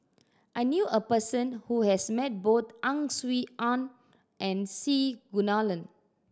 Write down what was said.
I knew a person who has met both Ang Swee Aun and C Kunalan